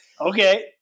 Okay